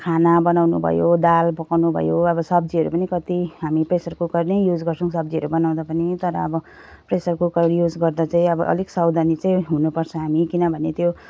खाना बनाउनु भयो दाल पकाउनु भयो अब सब्जीहरू पनि कति हामी प्रेसर कुकर नै युज गर्छौँ सब्जीहरू बनाउँदा पनि तर अब प्रेसर कुकर युज गर्दा चाहिँ अब अलिक सावधानी चाहिँ हुनुपर्छ हामी किनभने त्यो